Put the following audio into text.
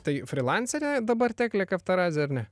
tai frylanserė dabar teklė kaftaradzė ar ne